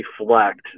reflect